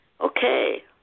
Okay